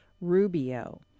Rubio